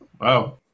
Wow